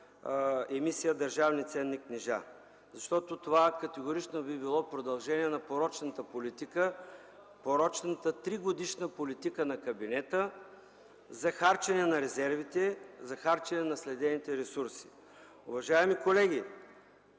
емисия държавни ценни книжа, защото това категорично би било продължение на порочната политика, порочната тригодишна политика на кабинета за харчене на резервите, за харчене на наследените ресурси. Уважаеми колеги,